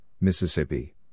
Mississippi